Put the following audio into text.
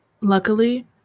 luckily